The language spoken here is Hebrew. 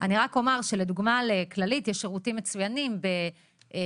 אני רק אומר שלדוגמא לכללית יש שירותים מצוינים בבית